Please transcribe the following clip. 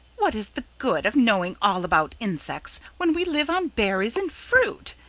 what is the good of knowing all about insects, when we live on berries and fruit?